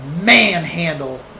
manhandle